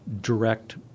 direct